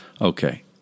Okay